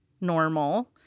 normal